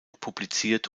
publiziert